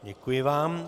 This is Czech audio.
Děkuji vám.